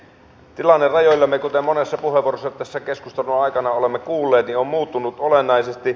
tilanne rajoillamme kuten monessa puheenvuorossa tässä keskustelun aikana olemme kuulleet on muuttunut olennaisesti